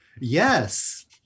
Yes